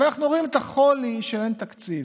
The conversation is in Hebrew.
אבל אנחנו רואים את החולי כשאין תקציב,